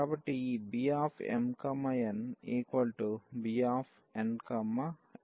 కాబట్టి ఈ BmnBnm